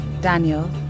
Daniel